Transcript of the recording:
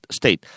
state